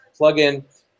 plugin